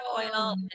oil